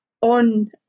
on